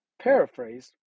paraphrase